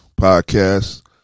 podcast